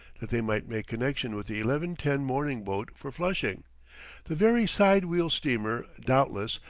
that they might make connection with the eleven-ten morning boat for flushing the very side-wheel steamer, doubtless,